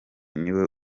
niwe